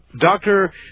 Doctor